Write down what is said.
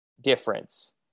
difference